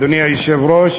אדוני היושב-ראש,